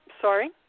Sorry